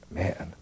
man